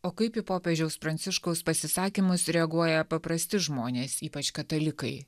o kaip į popiežiaus pranciškaus pasisakymus reaguoja paprasti žmonės ypač katalikai